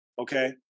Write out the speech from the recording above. Okay